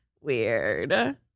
Weird